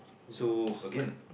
so again